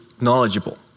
knowledgeable